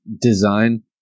design